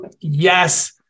Yes